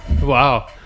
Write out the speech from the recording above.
wow